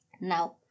Now